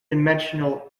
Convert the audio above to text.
dimensional